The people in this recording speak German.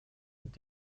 mit